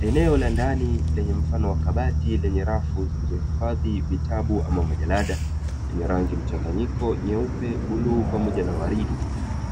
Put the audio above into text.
Eneo la ndani lenye mfano wa kabati lenye rafu zilizohifadhi vitabu ama majalada, yenye rangi mchanganyiko: nyeupe, bluu, pamoja na waridi.